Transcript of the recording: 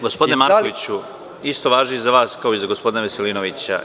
Gospodine Markoviću, isto važi i za vas kao i za gospodina Veselinovića.